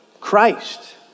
Christ